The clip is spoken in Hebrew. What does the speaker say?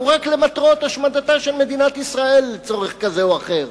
והוא רק למטרות השמדתה של מדינת ישראל לצורך כזה או אחר?